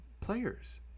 players